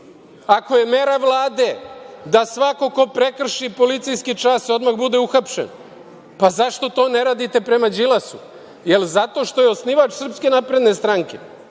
Ako je mera Vlade da svako ko prekrši policijski čas odmah bude uhapšen, pa zašto to ne radite prema Đilasu? Je li zato što je osnivač SNS? I dalje mu to